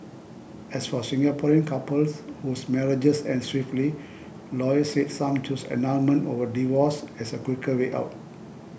as for Singaporean couples whose marriages end swiftly lawyers said some choose annulment over divorce as a quicker way out